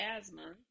asthma